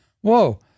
Whoa